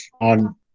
on